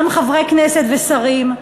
גם חברי כנסת ושרים.